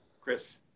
Chris